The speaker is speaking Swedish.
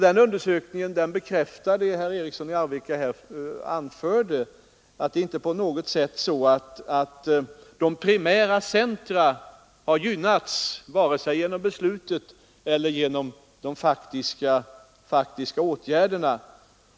Den undersökningen bekräftar — som herr Eriksson i Arvika också anförde — att det inte på något sätt är så att primärcentra har gynnats vare sig genom beslutet eller genom de faktiska åtgärderna.